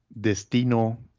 Destino